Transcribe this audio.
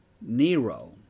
Nero